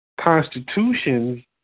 Constitutions